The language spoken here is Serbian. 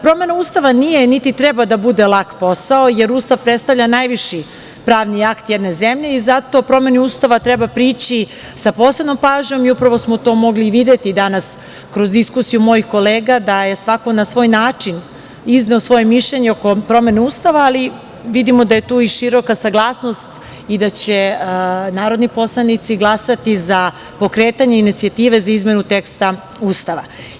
Promena Ustava nije, niti treba da bude lak posao, jer Ustav predstavlja najviši pravni akt jedne zemlje i zato promeni Ustava treba prići sa posebnom pažnjom i upravo smo to mogli i videti danas kroz diskusiju mojih kolega da je svako na svoj način izneo svoje mišljenje oko promene Ustava, ali vidimo da je tu i široka saglasnost i da će narodni poslanici glasati za pokretanje inicijative za izmenu teksta Ustava.